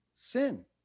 Sin